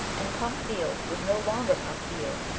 and pamphile was no longer pamphile,